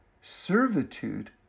servitude